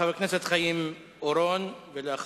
חבר הכנסת חיים אורון, בבקשה.